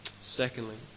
Secondly